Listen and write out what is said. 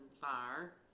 fire